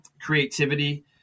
creativity